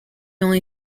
only